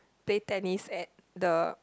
play tennis at the